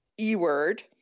E-word